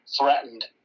threatened